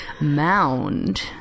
mound